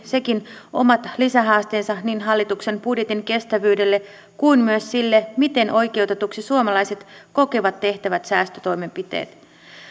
sekin omat lisähaasteensa niin hallituksen budjetin kestävyydelle kuin myös sille miten oikeutetuiksi suomalaiset kokevat tehtävät säästötoimenpiteet